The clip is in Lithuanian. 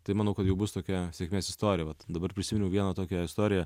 tai manau kad jau bus tokia sėkmės istorija vat dabar prisiminiau vieną tokią istoriją